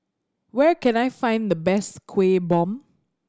where can I find the best Kueh Bom